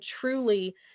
truly